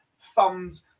thumbs